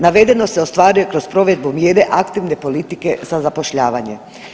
Navedeno se ostvaruje kroz provedbu mjere aktivne politike za zapošljavanje.